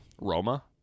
Roma